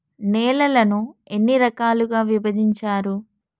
నేలలను ఎన్ని రకాలుగా విభజించారు?